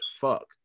fuck